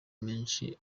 menshi